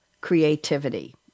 Creativity